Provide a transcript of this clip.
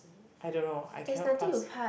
I don't know I cannot pass